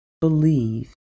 believe